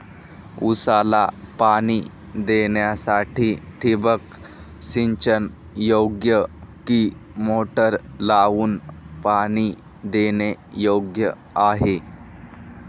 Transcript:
ऊसाला पाणी देण्यासाठी ठिबक सिंचन योग्य कि मोटर लावून पाणी देणे योग्य आहे?